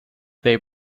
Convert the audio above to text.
they